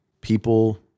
people